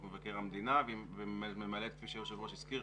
מבקר המדינה והיא ממלאת כפי שהיושב-ראש הזכיר,